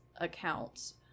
accounts